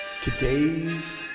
today's